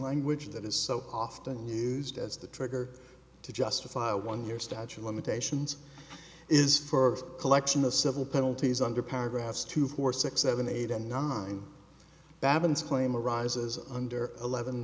language that is so often used as the trigger to justify a one year statute of limitations is for collection of civil penalties under paragraphs two four six seven eight and nine baboon's claim arises under eleven